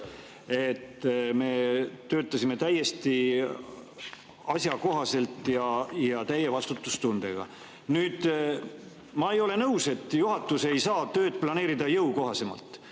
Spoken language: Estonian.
Me töötasime täiesti asjakohaselt ja täie vastutustundega. Nüüd, ma ei ole nõus, et juhatus ei saa tööd planeerida jõukohasemalt,